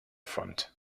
front